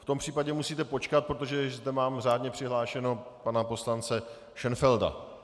V tom případě musíte počkat, protože již zde mám řádně přihlášeného pana poslance Šenfelda.